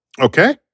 Okay